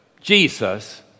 Jesus